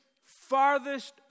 farthest